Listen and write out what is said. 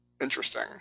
Interesting